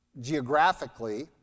geographically